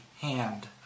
hand